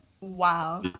wow